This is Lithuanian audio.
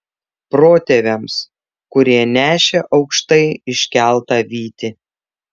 protėviams kurie nešė aukštai iškeltą vytį